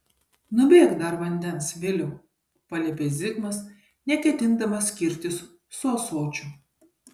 nubėk dar vandens viliau paliepė zigmas neketindamas skirtis su ąsočiu